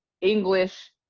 English